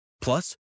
Plus